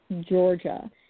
Georgia